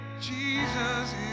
Jesus